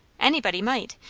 anybody might!